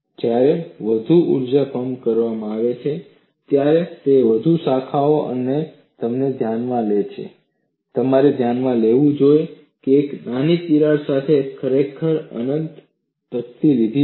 જ્યારે વધુ ઊર્જા પંપ કરવામાં આવે છે ત્યારે તે વધુ શાખાઓ અને તમને ધ્યાનમાં લે છે તમારે ધ્યાનમાં લેવું જોઈએ કે મેં એક નાની તિરાડ સાથે ખરેખર અનંત તકતી લીધી છે